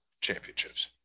championships